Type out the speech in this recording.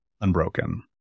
unbroken